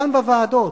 וגם בוועדות: